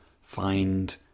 find